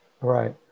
right